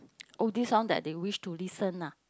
oldies song that they wish to listen ah